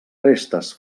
restes